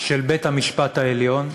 של בית-המשפט העליון,